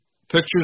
pictures